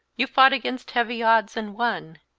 you fought against heavy odds, and won,